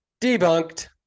Debunked